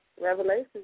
Revelation's